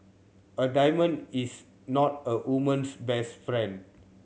a diamond is not a woman's best friend